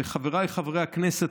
וחבריי חברי הכנסת,